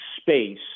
space